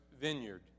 vineyard